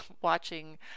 watching